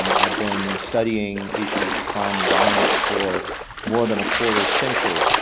um i've been studying issues crime and violence for more than a quarter-century.